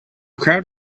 crowd